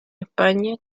españa